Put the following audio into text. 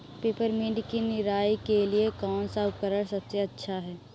Peppermint की निराई के लिए कौन सा उपकरण सबसे अच्छा है?